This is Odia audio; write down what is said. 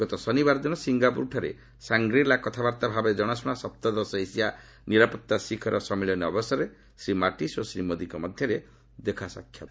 ଗତ ଶନିବାର ଦିନ ସିଙ୍ଗାପୁରଠାରେ ସାଙ୍ଗି ଲା କଥାବାର୍ତ୍ତା ଭାବେ ଜଣାଶୁଣା ସପ୍ତଦଶ ଏସିଆ ନିରାପତ୍ତା ଶିଖର ସମ୍ମିଳନୀ ଅବସରରେ ଶ୍ରୀ ମାଟ୍ଟିସ୍ ଓ ଶ୍ରୀ ମୋଦିଙ୍କ ମଧ୍ୟରେ ଦେଖାସାକ୍ଷାତ୍ ହୋଇଥିଲା